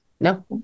No